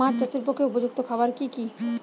মাছ চাষের পক্ষে উপযুক্ত খাবার কি কি?